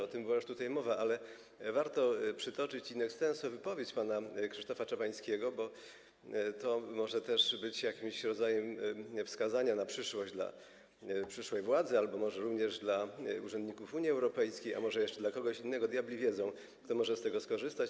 O tym była już tutaj mowa, ale warto przytoczyć in extenso wypowiedź pana Krzysztofa Czabańskiego, bo to może też być jakimś rodzajem wskazania na przyszłość dla przyszłej władzy albo może również dla urzędników Unii Europejskiej, a może jeszcze dla kogoś innego, diabli wiedzą, kto może z tego skorzystać.